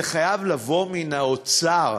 זה חייב לבוא מן האוצר.